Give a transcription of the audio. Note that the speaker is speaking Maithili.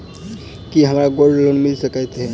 की हमरा गोल्ड लोन मिल सकैत ये?